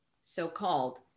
so-called